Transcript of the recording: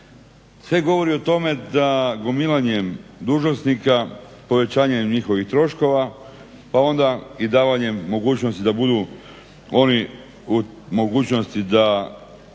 Sve govori o tome da gomilanjem dužnosnika, povećanjem njihovih troškova pa onda i davanjem mogućnosti da budu oni u mogućnosti da